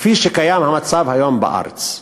כפי שקיים היום בארץ.